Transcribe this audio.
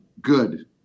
Good